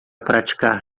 praticar